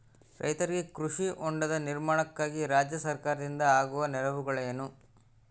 ರೈತರಿಗೆ ಕೃಷಿ ಹೊಂಡದ ನಿರ್ಮಾಣಕ್ಕಾಗಿ ರಾಜ್ಯ ಸರ್ಕಾರದಿಂದ ಆಗುವ ನೆರವುಗಳೇನು?